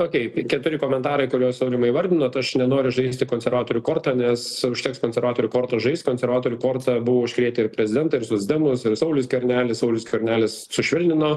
okei keturi komentarai kuriuos aurimai įvardinot aš nenoriu žaisti konservatorių korta nes užteks konservatorių korta žaist konservatorių korta buvo užkrėtę ir prezidentą ir socdemus ir saulių skvernelis saulius skvernelis sušvelnino